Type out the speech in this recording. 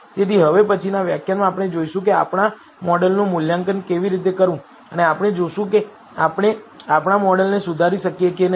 તેથી હવે પછીનાં વ્યાખ્યાનમાં આપણે જોઈશું કે આપણા મોડેલનું મૂલ્યાંકન કેવી રીતે કરવું અને આપણે જોશું કે આપણે આપણા મોડેલને સુધારી શકીએ કે નહીં